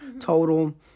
total